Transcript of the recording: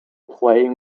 playing